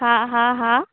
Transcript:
हा हा हा